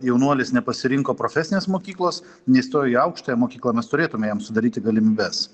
jaunuolis nepasirinko profesinės mokyklos neįstojo į aukštąją mokyklą mes turėtume jam sudaryti galimybes